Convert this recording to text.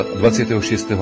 26